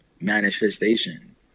manifestation